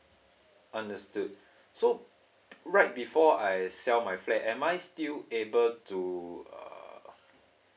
understood so right before I sell my flat am I still able to uh